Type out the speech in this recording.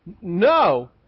No